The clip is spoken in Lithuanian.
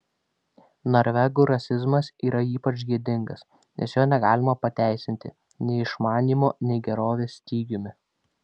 norvegų rasizmas yra ypač gėdingas nes jo negalima pateisinti nei išmanymo nei gerovės stygiumi